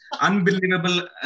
Unbelievable